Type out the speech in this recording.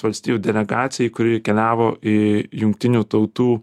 valstijų delegacijai kuri keliavo į jungtinių tautų